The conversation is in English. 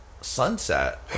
Sunset